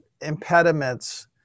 impediments